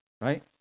right